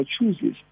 chooses